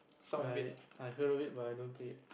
I I heard of eat but I don't want to eat